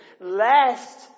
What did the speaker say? lest